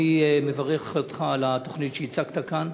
אני מברך אותך על התוכנית שהצגת כאן.